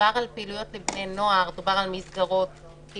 דובר על פעילויות של בני נוער, על מסגרות כמו